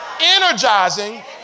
energizing